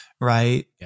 right